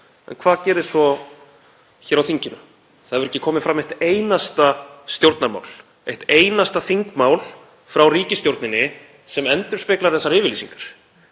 En hvað gerist svo hér á þinginu? Það hefur ekki komið fram eitt einasta stjórnarmál, eitt einasta þingmál frá ríkisstjórninni, sem endurspeglar þessar yfirlýsingar,